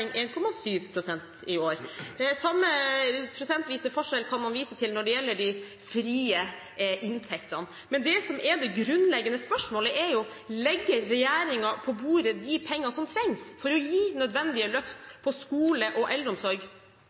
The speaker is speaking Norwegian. i år. Den samme prosentvise forskjellen kan man vise til når det gjelder de frie inntektene. Det grunnleggende spørsmålet er: Legger regjeringen på bordet de pengene som trengs for å gi nødvendige løft for skole og eldreomsorg,